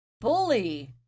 bully